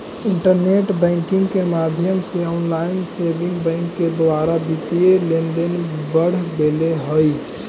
internet banking के माध्यम से ऑनलाइन सेविंग बैंक के द्वारा वित्तीय लेनदेन बढ़ गेले हइ